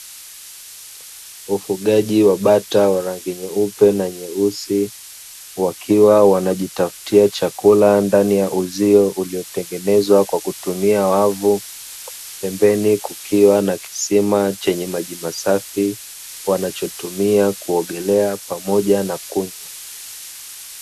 Ufugaji wa bata wa rangi nyeupe na nyeusi wakiwa wanajitafutia chakula ndani ya uzio uliotengenezwa kwa kutumia wavu pembeni kukiwa na kisima chenye maji masafi wanachotumia kuogelea pamoja na kunywa.